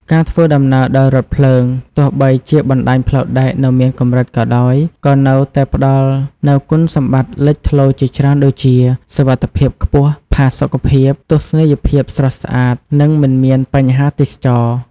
ការធ្វើដំណើរដោយរថភ្លើង ទោះបីជាបណ្ដាញផ្លូវដែកនៅមានកម្រិតក៏ដោយ ក៏នៅតែផ្ដល់នូវគុណសម្បត្តិលេចធ្លោជាច្រើនដូចជា សុវត្ថិភាពខ្ពស់ ផាសុកភាព ទស្សនីយភាពស្រស់ស្អាត និងមិនមានបញ្ហាចរាចរណ៍។